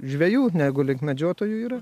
žvejų negu lyg medžiotojų yra